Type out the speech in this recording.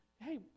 Hey